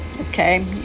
okay